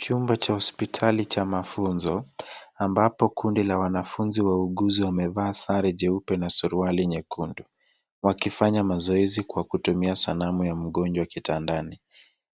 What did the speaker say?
Chumba cha hospitali cha mafunzo ambapo kundi la wanafunzi wauguzi wamevaa sare jeupe na suruali nyekundu wakifanya mazoezi kwa kutumia sanamu ya mgonjwa kitandani.